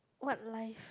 what life